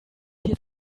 dir